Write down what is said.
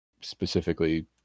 specifically